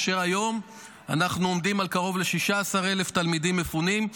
והיום אנחנו עומדים על קרוב ל-16,000 תלמידים מפונים,